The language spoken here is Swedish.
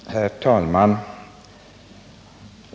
Herr talman!